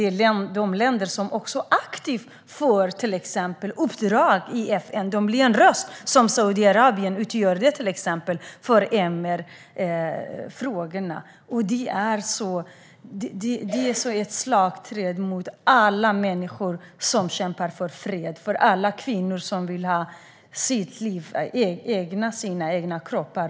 Dessa länder får dessutom faktiskt aktivt uppdrag i FN; de blir en röst för MR-frågorna, till exempel Saudiarabien. Det är ett slag mot alla människor som kämpar för fred och mot alla kvinnor som vill ha rätt till sina egna liv och kroppar.